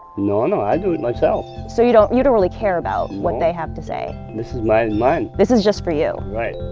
no, no. i do it myself so you don't you don't really care about what they have to say? no, this is mine mine this is just for you? right